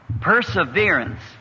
Perseverance